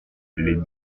les